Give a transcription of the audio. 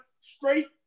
straight